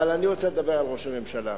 אבל אני רוצה לדבר על ראש הממשלה.